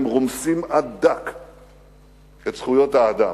הם רומסים עד דק את זכויות האדם,